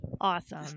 Awesome